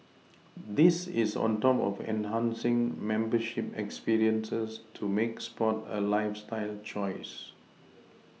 this is on top of enhancing membership experiences to make sport a lifeStyle choice